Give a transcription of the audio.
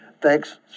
Thanks